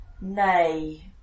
nay